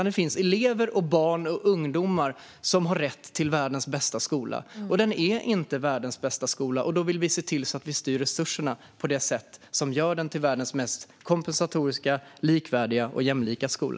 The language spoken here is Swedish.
Det finns elever, barn och ungdomar, som har rätt till världens bästa skola. Den är inte världens bästa skola. Då vill vi se till att vi styr resurserna på det sätt som gör den till världens mest kompensatoriska, likvärdiga och jämlika skola.